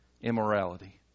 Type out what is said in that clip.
immorality